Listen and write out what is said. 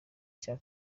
cya